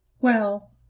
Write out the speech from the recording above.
Well